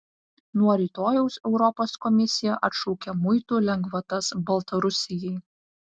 nuo rytojaus europos komisija atšaukia muitų lengvatas baltarusijai